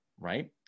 right